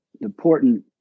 important